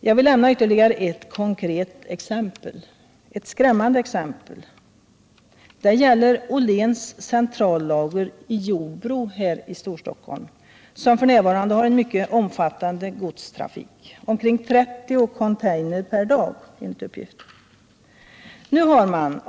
Jag vill lämna ytterligare ett konkret exempel, ett skrämmande exempel. Det gäller NK-Åhléns AB:s centrallager i Jordbro här i Storstockholm, som f. n. har en mycket omfattande godstrafik, enligt uppgift omkring 30 containrar per dag.